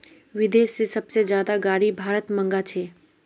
विदेश से सबसे ज्यादा गाडी भारत मंगा छे